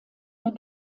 der